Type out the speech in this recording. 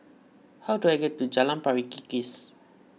how do I get to Jalan Pari Kikis